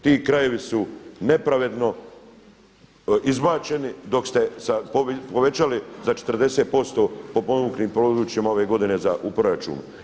Ti krajevi su nepravedno izbačeni dok ste povećali za 40% potpomognutim područjima ove godine u proračun.